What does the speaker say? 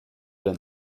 denn